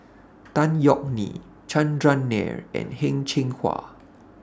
Tan Yeok Nee Chandran Nair and Heng Cheng Hwa